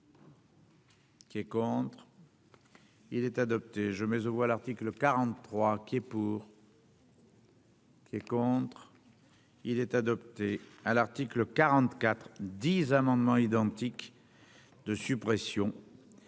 Qui est contre, il est adopté, je mais voit l'article 46 bisquer pour. Qui est contre, il est adopté. à l'article 47 2 amendements identiques de suppression